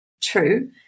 true